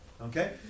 Okay